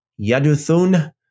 Yaduthun